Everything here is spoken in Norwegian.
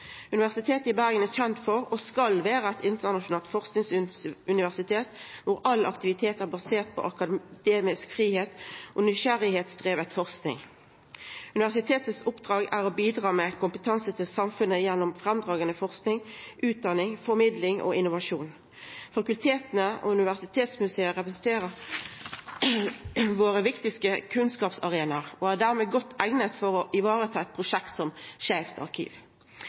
Universitetet i Bergen er kjent for å vera, og skal vera, eit internasjonalt forskingsuniversitet, og all aktivitet er basert på akademisk fridom og nysgjerrigheitsdriven forsking. Oppdraget til universitetet er å bidra med kompetanse til samfunnet gjennom framifrå forsking, utdanning, formidling og innovasjon. Fakulteta og Universitetsmuseet representerer våre viktigaste kunnskapsarenaer og er dermed godt eigna for å vareta eit prosjekt som Skeivt arkiv.